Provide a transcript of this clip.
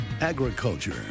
agriculture